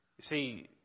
see